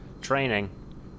training